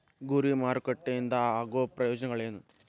ಗುರಿ ಮಾರಕಟ್ಟೆ ಇಂದ ಆಗೋ ಪ್ರಯೋಜನಗಳೇನ